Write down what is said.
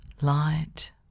light